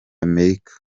amerika